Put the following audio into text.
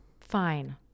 Fine